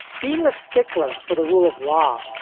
being a stickler for the rule of law.